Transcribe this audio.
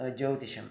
ज्यौतिषम्